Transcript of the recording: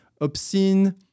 obscene